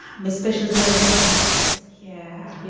miss fisher's murder mysteries yeah, yeah